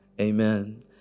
amen